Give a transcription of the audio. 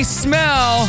smell